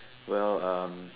well um